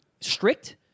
strict